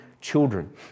children